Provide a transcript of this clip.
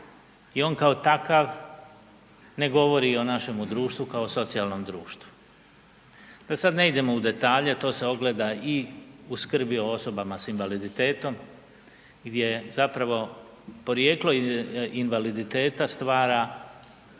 i on kao takav ne govori o našemu društvu kao socijalnom društvu. Da sad ne idemo u detalje, to se ogleda i u skrbi o osobama s invaliditetom gdje zapravo porijeklo invaliditeta stvara